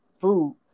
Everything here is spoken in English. food